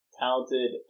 talented